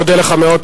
אני מודה לך מאוד.